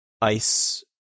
ice